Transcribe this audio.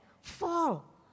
fall